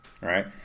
right